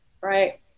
right